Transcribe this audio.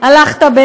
הלכת,